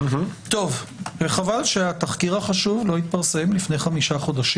חבל שהתחקיר החשוב לא התפרסם לפני חמישה חודשים.